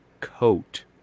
coat